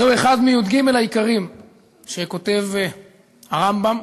זהו אחד מי"ג העיקרים שכותב הרמב"ם,